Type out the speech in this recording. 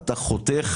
אתה חותך